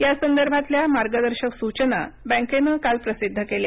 यासंदर्भातल्या मार्गदर्शक सूचना बँकेने काल प्रसिद्ध केल्या